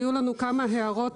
היו לנו כמה הערות,